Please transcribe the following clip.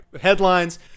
Headlines